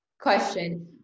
question